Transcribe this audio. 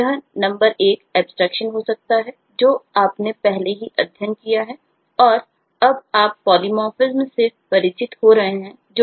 यह number 1 abstraction में इसके उपयोग के बारे में बात करेंगे